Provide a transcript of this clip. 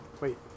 Wait